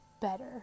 better